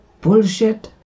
bullshit